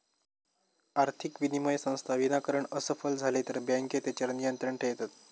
आर्थिक विनिमय संस्था विनाकारण असफल झाले तर बँके तेच्यार नियंत्रण ठेयतत